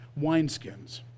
wineskins